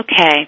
Okay